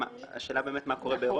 השאלה היא מה קורה באירופה,